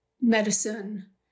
medicine